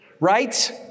Right